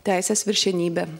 teisės viršenybė